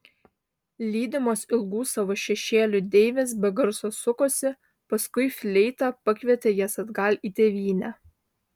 lydimos ilgų savo šešėlių deivės be garso sukosi paskui fleita pakvietė jas atgal į tėvynę